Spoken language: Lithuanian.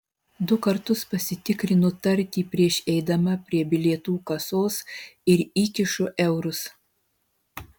du kartus pasitikrinu tartį prieš eidama prie bilietų kasos ir įkišu eurus